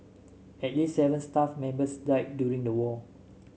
at least seven staff members died during the war